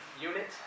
Unit